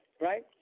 Right